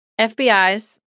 FBI's